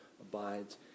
abides